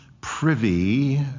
privy